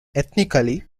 ethnically